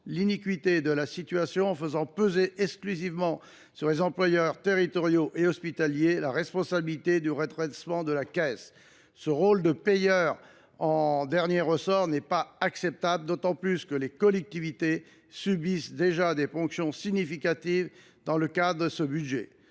l’iniquité de la situation en faisant peser exclusivement sur les employeurs territoriaux et hospitaliers la responsabilité du redressement de la Caisse. Ce rôle de payeur en dernier ressort est d’autant moins acceptable que les collectivités subissent déjà des ponctions significatives dans le cadre de ce budget.